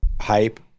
hype